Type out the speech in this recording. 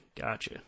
gotcha